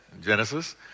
Genesis